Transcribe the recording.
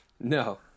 no